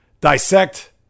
dissect